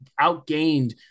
outgained